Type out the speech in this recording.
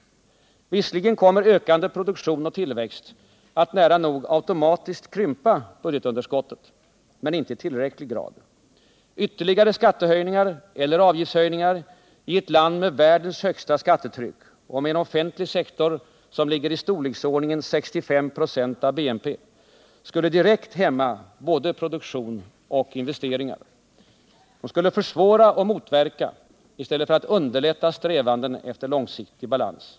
Visserligen kommer ökande produktion och tillväxt att nära nog automatiskt krympa budgetunderskottet — men inte i tillräcklig grad. Ytterligare skattehöjningar eller avgiftshöjningar, i ett land med världens högsta skattetryck och med en offentlig sektor som ligger i storleksordningen 65 26 av BNP, skulle direkt hämma både produktion och investeringar. De skulle försvåra och motverka i stället för att underlätta strävanden efter långsiktig balans.